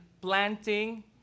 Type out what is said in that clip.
planting